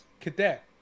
cadet